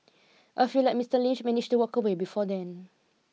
a few like Mister Lynch manage to walk away before then